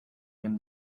when